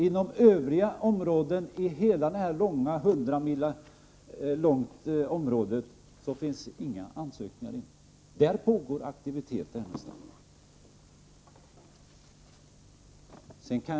Inom övriga regioner av de 100 mil långa området föreligger inga ansökningar. Det är på det sättet aktiviteten är fördelad, Lars Ernestam.